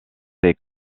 ses